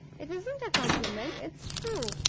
it isn't a compliment it's true.